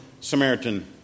Samaritan